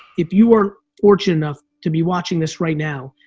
if you are fortunate enough to be watching this right now,